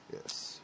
Yes